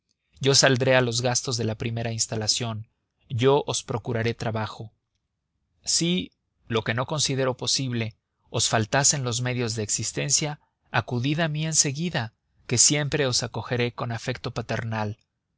yo saldré a los gastos de la primera instalación yo os procuraré trabajo si lo que no considero posible os faltasen los medios de existencia acudid a mí en seguida que siempre os acogeré con afecto paternal